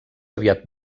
aviat